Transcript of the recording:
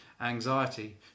anxiety